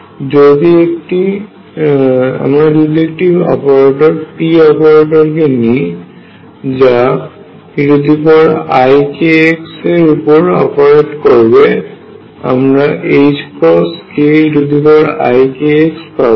আমরা যদি একটি p অপারেটর কে নিই যা eikx এর উপর অপারেট করবে আমরা ℏkeikx পাব